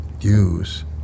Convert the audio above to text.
use